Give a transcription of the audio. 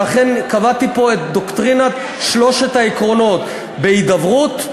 ולכן קבעתי פה את דוקטרינת שלושת העקרונות: בהידברות,